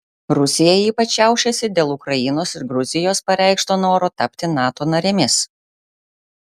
rusija ypač šiaušiasi dėl ukrainos ir gruzijos pareikšto noro tapti nato narėmis